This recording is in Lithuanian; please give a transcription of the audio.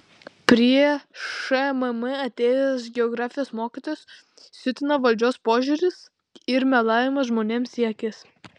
prie šmm atėjęs geografijos mokytojas siutina valdžios požiūris ir melavimas žmonėms į akis